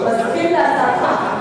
הוא מסכים להצעתך.